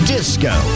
Disco